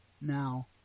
now